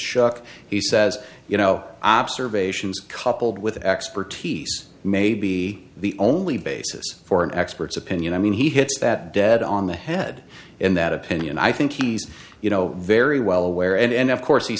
shuck he says you know observations coupled with expertise may be the only basis for an expert's opinion i mean he hits that dead on the head in that opinion i think he's you know very well aware and of course he